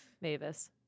mavis